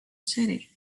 city